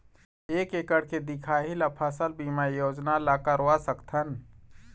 एक एकड़ के दिखाही ला फसल बीमा योजना ला करवा सकथन?